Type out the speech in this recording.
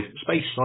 space